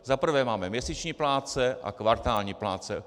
Za prvé máme měsíční plátce a kvartální plátce.